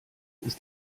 ist